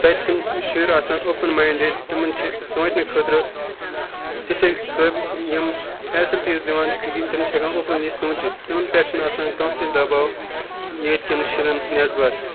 تَتہِ چھِ تِم شُرۍ آسان اوپٕن ماینڈٕڈ تِمَن چھِ سونٛچنہٕ خٲطرٕ تِژھٕے قٲبلہِ یِم فیسَلٹیٖز دِوان کِہیٖنۍ تِم چھِ ہٮ۪کان اوپٕنلی شوٗنٛچِتھ تِمَن پٮ۪ٹھ چھِنہٕ آسان کانٛہہ تہِ دَباو ییٚتہِ کٮ۪ن شُرٮ۪ن نٮ۪سبت